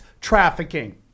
trafficking